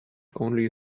only